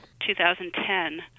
2010